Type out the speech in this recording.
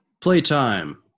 playtime